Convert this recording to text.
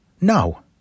No